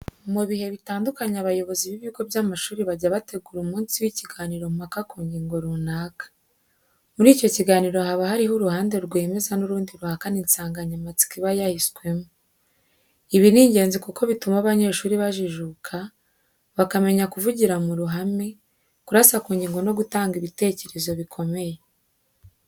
Mu bihe bitandukanye abayobozi b'ibigo by'amashuri bajya bategura umunsi w'ikiganiro mpaka ku ngingo runaka. Muri icyo kiganiro haba harimo uruhande rwemeza n'urundi ruhakana insanganyamatsiko iba yaheswemo. Ibi ni ingenzi kuko bituma abanyeshuri bajijuka, bakamenya kuvugira mu ruhame, kurasa ku ngingo no gutanga ibitekerezi bikomeye.